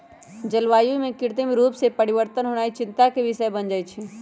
जलवायु में कृत्रिम रूप से परिवर्तन होनाइ चिंता के विषय बन जाइ छइ